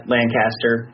Lancaster